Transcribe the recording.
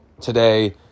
today